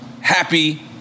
happy